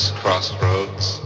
crossroads